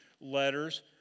letters